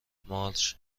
مارج